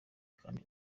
kandi